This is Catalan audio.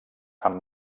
amb